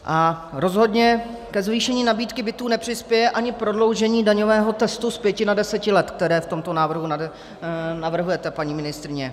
A rozhodně ke zvýšení nabídky bytů nepřispěje ani prodloužení daňového testu z pěti na deset let, které v tomto návrhu navrhujete, paní ministryně.